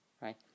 right